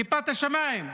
כיפת השמיים.